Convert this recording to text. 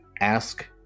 ask